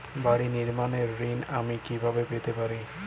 বাড়ি নির্মাণের ঋণ আমি কিভাবে পেতে পারি?